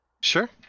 Sure